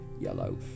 yellow